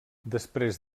després